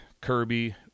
kirby